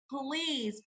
please